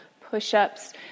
push-ups